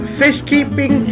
fishkeeping